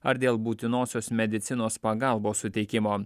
ar dėl būtinosios medicinos pagalbos suteikimo